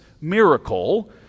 miracle